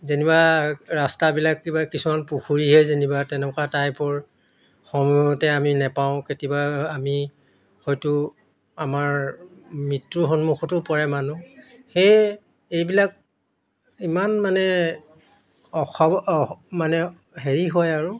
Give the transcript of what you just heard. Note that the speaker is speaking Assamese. যেনেকুৱা ৰাস্তাবিলাক কিবা কিছুমান পুখুৰীহে যেনিবা তেনেকুৱা টাইপৰ সময়মতে আমি নাপাওঁ কেতিয়াবা আমি হয়তো আমাৰ মৃত্যুৰ সন্মুখতো পৰে মানুহ সেয়ে এইবিলাক ইমান মানে মানে হেৰি হয় আৰু